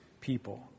people